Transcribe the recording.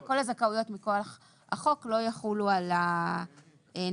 כל הזכאויות מכוח החוק לא יחולו על הנכה